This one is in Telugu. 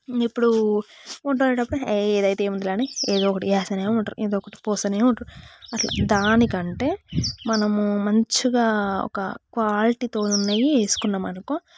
ఇప్పుడు వంట వండేటప్పుడు ఏయ్ ఏదైతే ఏముంది కానీ ఏదో ఒకటి వేస్తు ఉంటారు ఏదో ఒకటి పోస్తు ఉంటారు అట్లా దానికంటే మనము మంచిగా ఒక క్వాలిటీతో ఉన్నవి వేసుకున్నాం అనుకో